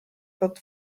but